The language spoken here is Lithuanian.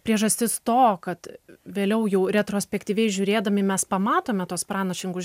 priežastis to kad vėliau jau retrospektyviai žiūrėdami mes pamatome tuos pranašingus